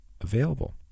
available